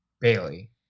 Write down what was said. Bailey